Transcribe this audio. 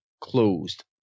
closed